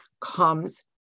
comes